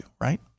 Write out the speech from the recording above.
Right